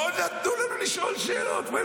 לא נתנו לשאול שאלות.